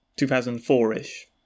2004-ish